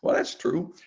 but that's true.